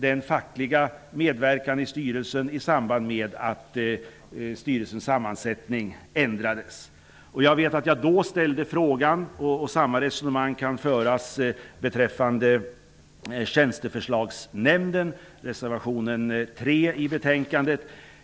Den fackliga medverkan i styrelsen sattes det punkt för i samband med att styrelsens sammansättning ändrades.